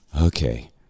Okay